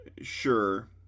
sure